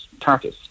Tartus